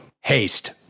Haste